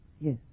yes